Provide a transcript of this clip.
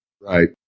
Right